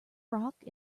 rock